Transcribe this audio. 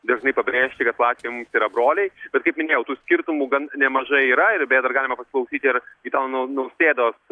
dažnai pabrėžti kad latviai mums tai yra broliai bet kaip minėjau tų skirtumų gan nemažai yra ir beje dar galima pasiklausyti ir gitano nau nausėdos